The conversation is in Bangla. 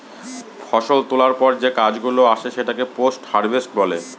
ফষল তোলার পর যে কাজ গুলো আসে সেটাকে পোস্ট হারভেস্ট বলে